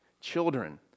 children